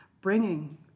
bringing